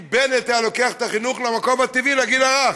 אם בנט היה לוקח את החינוך למקום הטבעי לגיל הרך,